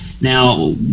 now